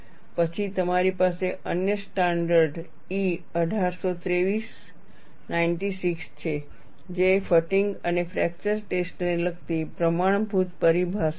પછી તમારી પાસે અન્ય સ્ટાન્ડર્ડ E 1823 96 છે જે ફટીગ અને ફ્રેક્ચર ટેસ્ટને લગતી પ્રમાણભૂત પરિભાષા છે